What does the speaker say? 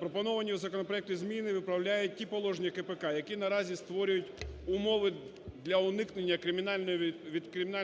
пропоновані в законопроекті зміни виправляють ті положення КПК, які наразі створюють умови для уникнення кримінальної